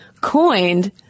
coined